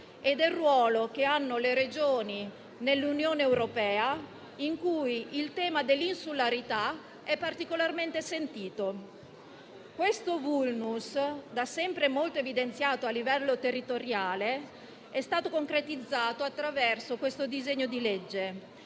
e del ruolo che hanno le Regioni nell'Unione europea, in cui il tema dell'insularità è particolarmente sentito. Questo *vulnus,* da sempre molto evidenziato a livello territoriale, è stato concretizzato attraverso il disegno di legge